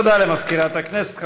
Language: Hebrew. תודה למזכירת הכנסת.